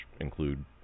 include